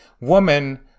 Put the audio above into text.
woman